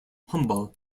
humble